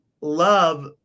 love